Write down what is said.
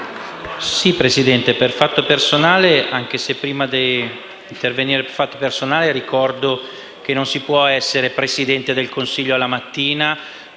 intervengo per fatto personale, anche se, prima di intervenire per fatto personale, ricordo che non si può essere Presidente del Consiglio la mattina*,